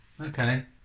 Okay